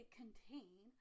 contain